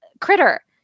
Critter